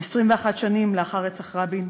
21 שנים לאחר רצח רבין,